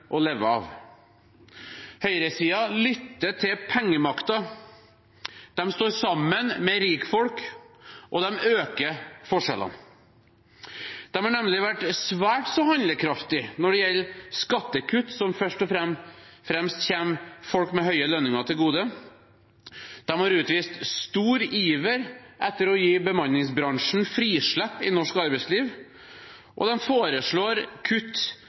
leve av. Høyresiden lytter til pengemakten. De står sammen med rikfolk, og de øker forskjellene. De har nemlig vært svært så handlekraftige når det gjelder skattekutt som først og fremst kommer folk med høye lønninger til gode. De har utvist stor iver etter å gi bemanningsbransjen frislipp i norsk arbeidsliv, og de foreslår kutt